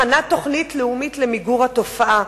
הכנת תוכנית לאומית למיגור התופעה,